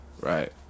right